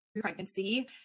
pregnancy